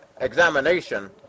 examination